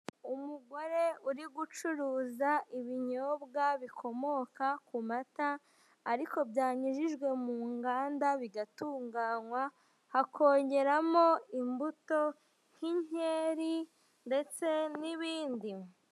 Umugore uri gucuruza ibinyobwa bikomoka ku mata, ariko byanyujijwe mu nganda, bigatunganywa. Hakongerwamo imbuto nk'inkeri ndetse n'ibindi.